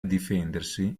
difendersi